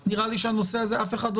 ונראה לי שעל פי חוק זכויות החולה אף אחד לא